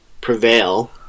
prevail